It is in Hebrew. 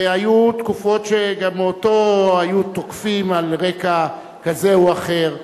שהיו תקופות שגם אותו היו תוקפים על רקע כזה או אחר,